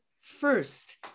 first